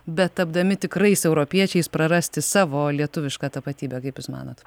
betapdami tikrais europiečiais prarasti savo lietuvišką tapatybę kaip jūs manot